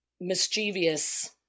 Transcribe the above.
mischievous